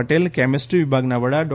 Patel chemistry વિભાગના વડા ડો